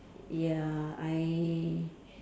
ya I